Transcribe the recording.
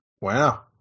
Wow